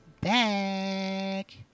back